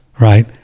right